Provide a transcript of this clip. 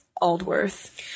Aldworth